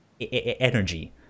energy